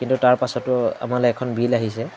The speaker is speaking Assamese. কিন্তু তাৰ পাছতো আমালৈ এখন বিল আহিছে